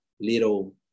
little